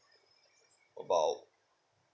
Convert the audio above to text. about